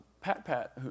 Pat-Pat